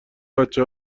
بچه